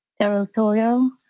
territorial